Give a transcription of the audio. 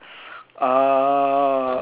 uh